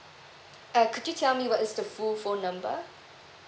uh could you tell me what is the full phone number